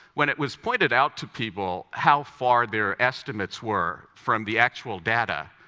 when it was pointed out to people how far their estimates were from the actual data,